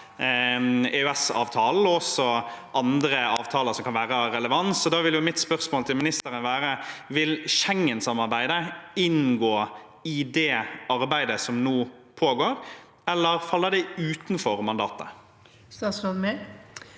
EØS-avtalen og også andre avtaler som kan være av relevans. Da vil mitt spørsmål til ministeren være: Vil Schengen-samarbeidet inngå i det arbeidet som nå pågår, eller faller det utenfor mandatet? Statsråd